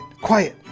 Quiet